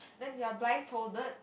then you are blindfolded